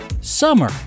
summer